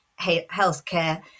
healthcare